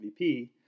MVP